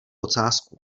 ocásku